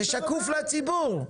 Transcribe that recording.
זה שקוף לציבור.